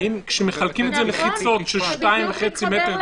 האם כשמחלקים את זה למחיצות של 2.5 מטר גובה,